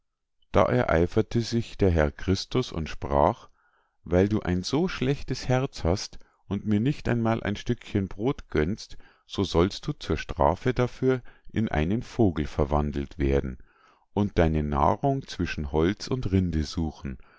da ereiferte sich der herr christus und sprach weil du ein so schlechtes herz hast und mir nicht einmal ein stückchen brod gönnst so sollst du zur strafe dafür in einen vogel verwandelt werden und deine nahrung zwischen holz und rinde suchen